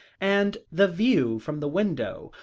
and the view from the window,